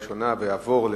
109) (איסור רכישת משקאות משכרים בעבור קטין),